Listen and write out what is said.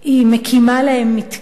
היא מקימה להם מתקן.